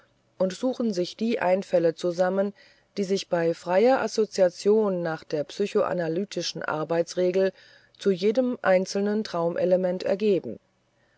und suchen sich die einfälle zusammen die sich bei freier assoziation nach der psychoanalytischen arbeitsregel zu jedem einzelnen traumelement ergeben